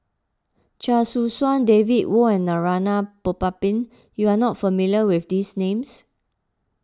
Chia Choo Suan David Kwo and Narana Putumaippittan you are not familiar with these names